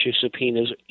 subpoenas